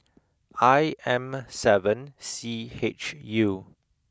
I M seven C H U